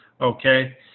Okay